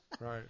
Right